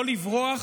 לא לברוח,